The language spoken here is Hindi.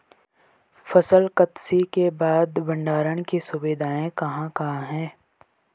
फसल कत्सी के बाद भंडारण की सुविधाएं कहाँ कहाँ हैं?